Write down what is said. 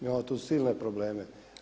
Imamo tu silne probleme.